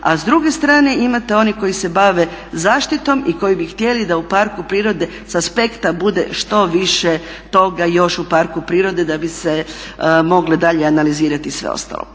A s druge strane imate one koji se bave zaštitom i koji bi htjeli da u parku prirode s aspekta bude što više toga još u parku prirode da bi se moglo dalje analizirati sve ostalo.